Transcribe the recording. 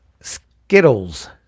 Skittles